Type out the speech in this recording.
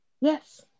Yes